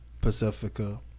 Pacifica